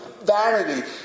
Vanity